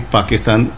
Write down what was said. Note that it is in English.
Pakistan